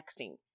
texting